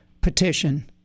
petition